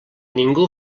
ningú